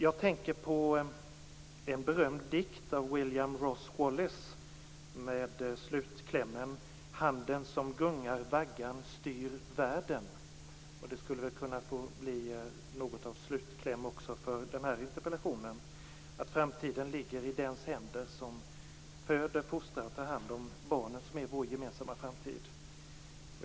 Jag tänker på en berömd dikt av William Ross Wallace med slutklämmen: Handen som gungar vaggan styr världen. Det skulle kunna bli något av slutkläm också för den här interpellationsdebatten. Framtiden ligger i deras händer som föder, fostrar och tar hand om barnen som är vår gemensamma framtid.